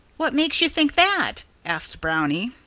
what makes you think that? asked brownie.